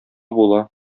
була